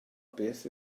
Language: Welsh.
beth